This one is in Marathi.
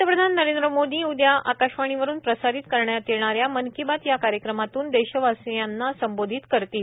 पंतप्रधान नरेंद्र मोदी उद्या आकाशवाणीवरून प्रसारित करण्यात येणा या मन की बात या कार्यक्रमातून देशवासियांना संबोधित करतील